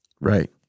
Right